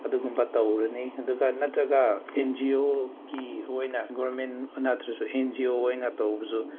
ꯑꯗꯨꯒꯨꯝꯕ ꯇꯧꯔꯅꯤ ꯑꯗꯨꯒ ꯅꯠꯇ꯭ꯔꯒ ꯑꯦꯟ ꯖꯤ ꯑꯣꯒꯤ ꯑꯣꯏꯅ ꯒꯣꯔꯃꯦꯟ ꯅꯠꯇ꯭ꯔꯁꯨ ꯑꯦꯟ ꯖꯤ ꯑꯣ ꯑꯣꯏꯅ ꯇꯧꯕꯁꯨ